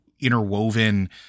interwoven